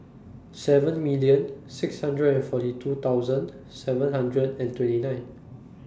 seven million six hundred and forty two thousand seven hundred and twenty nine